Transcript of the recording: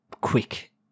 quick